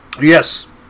Yes